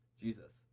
Jesus